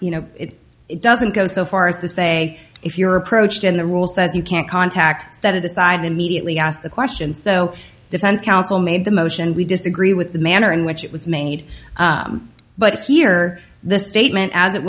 you know it doesn't go so far as to say if you're approached and the rule says you can't contact set it aside immediately ask the question so defense counsel made the motion we disagree with the manner in which it was made but here the statement as it